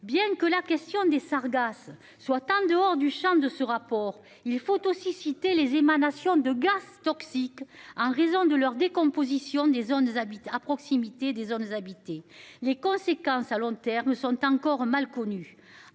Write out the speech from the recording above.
Bien que la question des Sargasses soit en dehors du Champ de ce rapport, il faut aussi citer les émanations de gaz toxique en raison de leur décomposition des zones habitent à proximité des zones habitées, les conséquences à long terme sont encore mal connus.